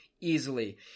easily